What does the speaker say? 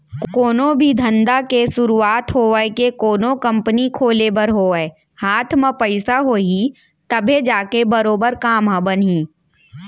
कोनो भी धंधा के सुरूवात होवय के कोनो कंपनी खोले बर होवय हाथ म पइसा होही तभे जाके बरोबर काम ह बनही